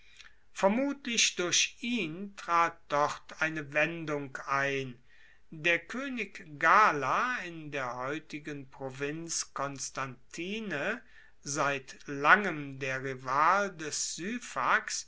vermutlich durch ihn trat dort eine wendung ein der koenig gala in der heutigen provinz constantine seit langem der rival des